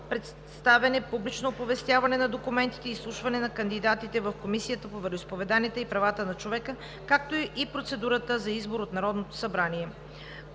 представяне, публично оповестяване на документите и изслушване на кандидатите в Комисията по вероизповеданията и правата на човека, както и процедурата за избор от Народното събрание.